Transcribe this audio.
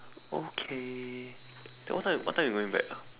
okay then what time what time we going back ah